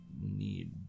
need